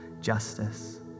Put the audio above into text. justice